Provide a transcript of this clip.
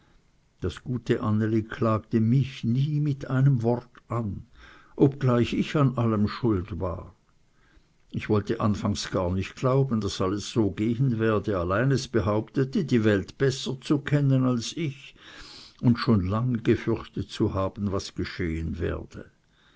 das gute anneli klagte mich nie mit einem worte an obgleich ich an allem schuld war ich wollte anfangs gar nicht glauben daß es also gehen werde allein es behauptete die welt besser zu kennen als ich und schon lange gefürchtet zu haben was geschehen werde